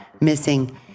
missing